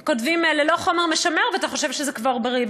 כותבים: "ללא חומר משמר", ואתה חושב שזה כבר בריא.